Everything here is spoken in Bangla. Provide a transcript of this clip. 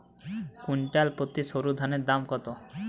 কুইন্টাল প্রতি সরুধানের দাম কত?